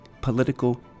political